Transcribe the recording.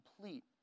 complete